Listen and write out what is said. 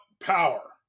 power